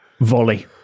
Volley